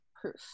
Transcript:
proof